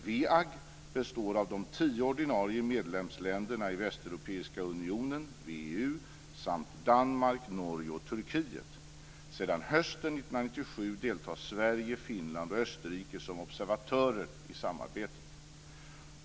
WEAG består av de tio ordinarie medlemsländerna i Västeuropeiska unionen, VEU, samt Danmark, Norge och Turkiet. Sedan hösten 1997 deltar Sverige, Finland och Österrike som observatörer i samarbetet.